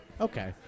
Okay